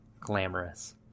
glamorous